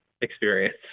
experience